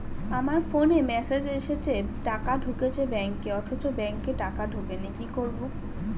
আমার ফোনে মেসেজ এসেছে টাকা ঢুকেছে ব্যাঙ্কে অথচ ব্যাংকে টাকা ঢোকেনি কি করবো?